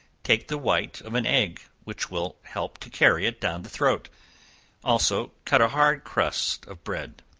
take the white of an egg, which will help to carry it down the throat also cut a hard crust of bread.